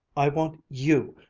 i want you!